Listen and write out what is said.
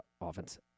offense